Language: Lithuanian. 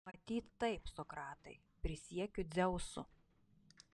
matyt taip sokratai prisiekiu dzeusu